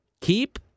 Keep